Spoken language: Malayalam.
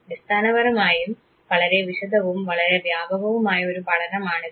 അടിസ്ഥാനപരമായും വളരെ വിശദവും വളരെ വ്യാപകവുമായ ഒരു പഠനമാണിത്